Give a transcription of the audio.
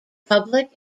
public